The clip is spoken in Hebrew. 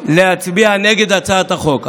להצביע נגד הצעת החוק.